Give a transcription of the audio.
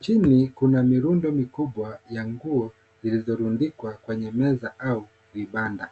Chini kuna mirundo mikubwa ya nguo zilizorundikwa kwenye meza au vibanda.